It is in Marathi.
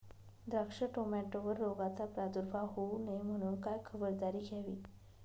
द्राक्ष, टोमॅटोवर रोगाचा प्रादुर्भाव होऊ नये म्हणून काय खबरदारी घ्यावी?